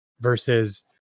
versus